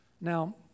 Now